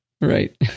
Right